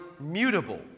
mutable